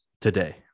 today